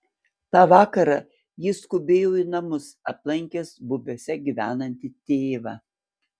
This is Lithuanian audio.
tą vakarą jis skubėjo į namus aplankęs bubiuose gyvenantį tėvą